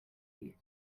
you